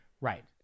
Right